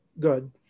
Good